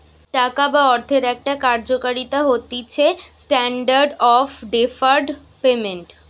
টাকা বা অর্থের একটা কার্যকারিতা হতিছেস্ট্যান্ডার্ড অফ ডেফার্ড পেমেন্ট